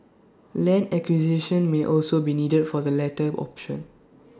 land acquisitions may also be needed for the latter option